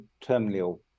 terminal